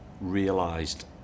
realised